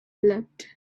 leapt